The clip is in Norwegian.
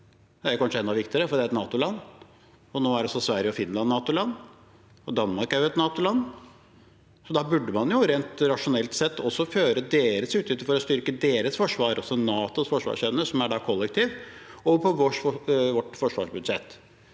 Det er kanskje enda viktigere, for det er et NATO-land. Nå er også Sverige og Finland NATO-land, og Danmark er et NATO-land. Så da burde man rent rasjonelt sett også føre deres utgifter for å styrke deres forsvar – altså NATOs forsvarsevne, som er kollektiv – på vårt forsvarsbudsjett.